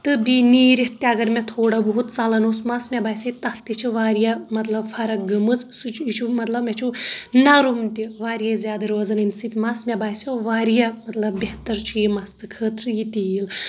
تہٕ بییٚہِ نیٖرِتھ تہِ اگر مےٚ تھوڑا بہت ژلان اوس مس مےٚ باسے تتھ تہِ چھِ واریاہ مطلب فرق گٔمٕژ سُہ چھُ یہِ چھُ مطلب مےٚ چھُ نرٕم تہِ واریاہ زیادٕ امہِ سۭتۍ روزان امہِ سۭتۍ مس مےٚ باسیو واریاہ بہتر چھُ یہِ مستہٕ خٲطرٕ یہِ تیٖل